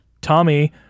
Tommy